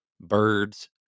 Birds